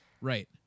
right